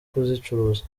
kuzicuruza